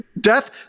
Death